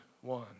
one